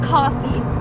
Coffee